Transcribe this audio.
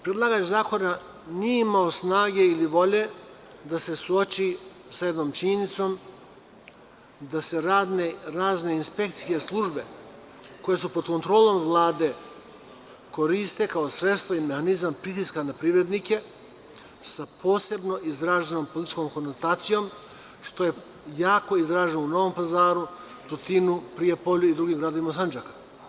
Predlagač zakona nije imao snage ili volje da se suoči sa jednom činjenicom da se razne inspekcijske službe koje su pod kontrolom Vlade, koriste kao sredstvo i mehanizam pritiska na privrednike, sa posebno izraženom političkom konotacijom, što je jako izraženo u Novom Pazaru, Tutinu, Prijepolju i drugim gradovima Sandžaka.